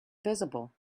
visible